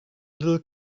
little